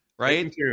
Right